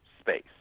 space